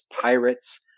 Pirates